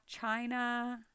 China